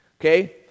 Okay